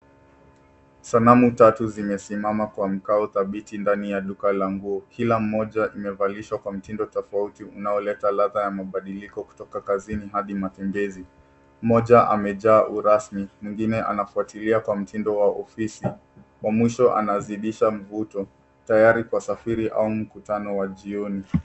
Sanamu tatu zimesimama kwa mkao dhabiti ndani ya duka la nguo. KIla mmoja umevalishwa kwa mtindo tofauti unaoleta ladha ya mabadiliko kutoka kazini hadi mapongezi. Mmoja amejaa urasmi, mwengine anafuatilia kwa mtindo wa ofisi. Wa mwisho anazidisha mvuto tayari kwa usafiri au mkutano wa jioni.